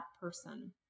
person